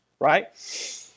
right